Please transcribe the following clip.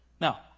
Now